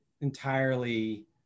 entirely